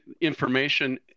information